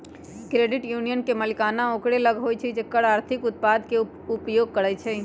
credit union के मलिकाना ओकरे लग होइ छइ जे एकर आर्थिक उत्पादों के उपयोग करइ छइ